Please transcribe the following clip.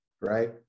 right